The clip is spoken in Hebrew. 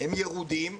הם ירודים,